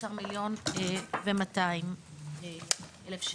כ-11,200,000.